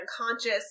unconscious